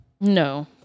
No